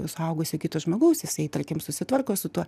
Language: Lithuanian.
suaugusio kito žmogaus jisai tarkim susitvarko su tuo